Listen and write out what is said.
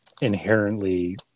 inherently